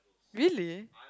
really